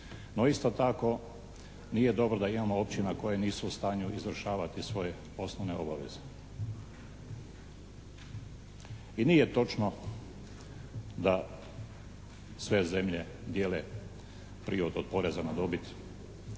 no isto tako nije dobro da imamo općina koje nisu u stanju izvršavati svoje osnovne obaveze. I nije točno da sve zemlje dijele prihod od poreza na dobit